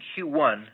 Q1